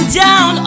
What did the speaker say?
down